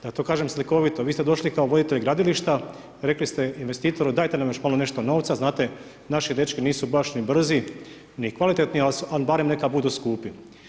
Da to kažem slikovito, vi ste došli kao voditelj gradilišta, rekli ste investitoru, dajte nam još malo nešto novca, znat napi dečki nisu baš ni brzi ni kvalitetni ali barem neka budu skupi.